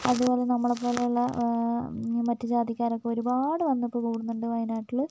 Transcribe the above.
അതുപോലെ നമ്മളെപ്പോലെയുള്ള മറ്റ് ജാതിക്കാരൊക്കെ ഒരുപാട് വന്നിട്ട് കൂടുന്നുണ്ട് വയനാട്ടിൽ